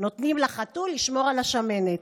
נותנים לחתול לשמור על השמנת.